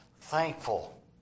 thankful